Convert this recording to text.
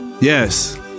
Yes